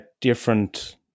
different